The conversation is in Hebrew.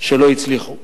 שהם לא הצליחו.